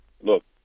look